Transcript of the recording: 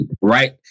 right